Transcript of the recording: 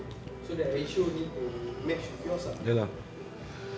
so that ratio need to match with yours ah